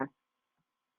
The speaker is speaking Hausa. nan